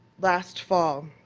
last fall.